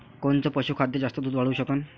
कोनचं पशुखाद्य जास्त दुध वाढवू शकन?